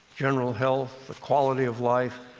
general health, the quality of life.